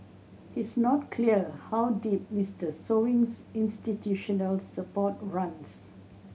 it's not clear how deep Mister Sewing's institutional support runs